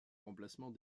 remplacement